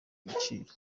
agaciro